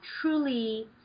truly